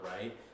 right